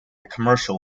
commercial